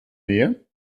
nähe